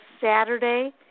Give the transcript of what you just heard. Saturday